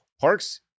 Parks